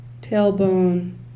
tailbone